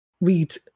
Read